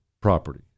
property